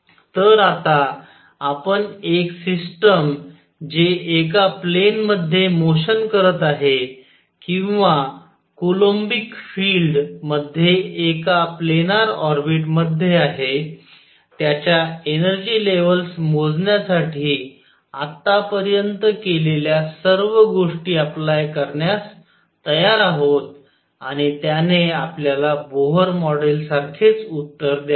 तर आता आपण एक सिस्टम जे एका प्लेन मध्ये मोशन करत आहे किंवा कुलोम्बिक फील्ड मध्ये एका प्लेनर ऑर्बिट मध्ये आहे त्याच्या एनर्जी लेव्हल्स मोजण्यासाठी आतापर्यंत केलेल्या सर्व गोष्टी अप्लाय करण्यास तयार आहोत आणि त्याने आपल्याला बोहर मॉडेलसारखेच उत्तर द्यावे